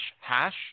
hash